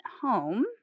home